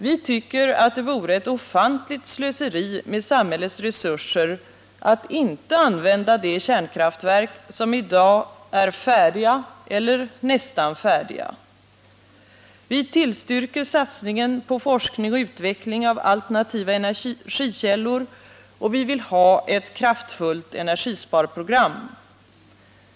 Vi tycker att det vore ett ofantligt slöseri med samhällets resurser att inte använda de kärnkraftverk som i dag är färdiga eller nästan färdiga. Vi tillstyrker satsningen på forskning och utveckling av alternativa energikällor, och vi vill ha ett kraftfullt energisparprogram.